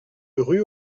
rue